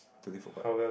totally forgot